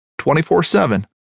24-7